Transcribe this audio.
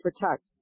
protect